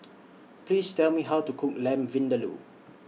Please Tell Me How to Cook Lamb Vindaloo